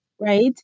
right